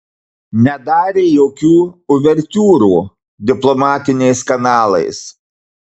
nedarė jokių uvertiūrų diplomatiniais kanalais